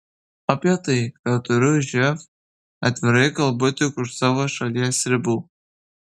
apie tai kad turiu živ atvirai kalbu tik už savo šalies ribų